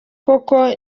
koko